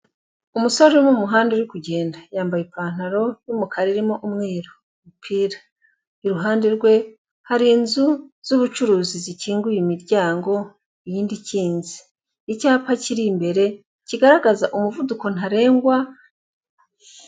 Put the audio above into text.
Umusore uri mu muhanda uri kugenda, yambaye ipantaro y'umukara irimo umweru, umupira, iruhande rwe hari inzu zubucuruzi zikinguye imiryango, iyindi ikinze, icyapa kiri imbere kigaragaza umuvuduko ntarengwa.